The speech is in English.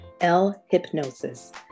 L-Hypnosis